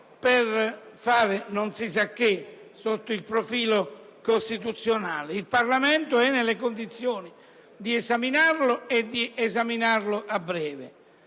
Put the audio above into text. per fare non si sa che sotto il profilo costituzionale. Il Parlamento è nelle condizioni di esaminare il provvedimento e di farlo a breve.